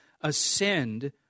ascend